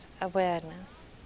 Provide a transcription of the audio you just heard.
awareness